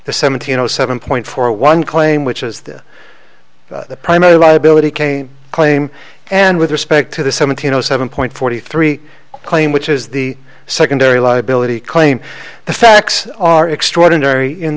the seventeen zero seven point four one claim which is the primary liability came claim and with respect to the seventeen zero seven point forty three claim which is the secondary liability claim the facts are extraordinary in